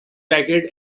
racket